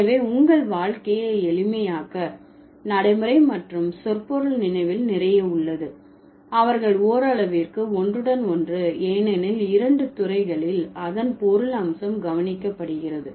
எனவே உங்கள் வாழ்க்கையை எளிமையாக்க நடைமுறை மற்றும் சொற்பொருள் நினைவில் நிறைய உள்ளது அவர்கள் ஓரளவிற்கு ஒன்றுடன் ஒன்று ஏனெனில் இரண்டு துறைகளில் அதன் பொருள் அம்சம் கவனிக்கப்படுகிறது